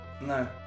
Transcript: No